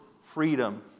freedom